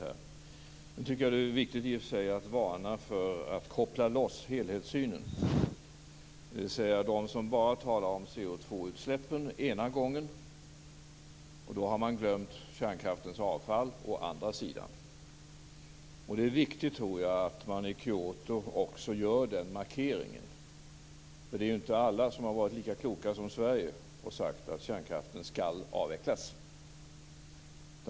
Jag tycker att det är viktigt att varna för att koppla loss helhetssynen, dvs. de som bara talar om CO2 utsläppen å ena sidan och å andra sidan har glömt kärnkraftens avfall. Det är viktigt att man i Kyoto också gör den markeringen. Det är ju inte alla som har varit lika kloka som Sverige och sagt att kärnkraften skall avvecklas.